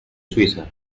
suiza